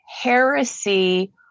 heresy